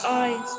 eyes